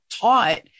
taught